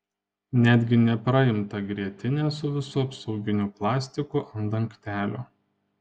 netgi nepraimtą grietinę su visu apsauginiu plastiku ant dangtelio